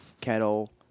kettle